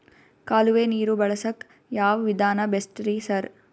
ಕಾಲುವೆ ನೀರು ಬಳಸಕ್ಕ್ ಯಾವ್ ವಿಧಾನ ಬೆಸ್ಟ್ ರಿ ಸರ್?